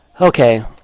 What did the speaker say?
Okay